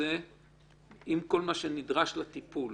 כולל כל מה שנדרש לטיפול.